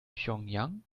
pjöngjang